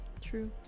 True